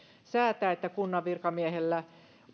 säätää että kunnan virkamiehellä